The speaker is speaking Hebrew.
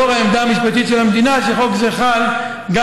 לאור העמדה המשפטית של המדינה שחוק זה חל גם